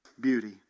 beauty